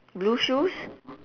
blue shoes